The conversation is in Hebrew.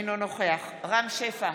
אינו נוכח רם שפע,